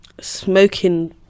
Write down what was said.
Smoking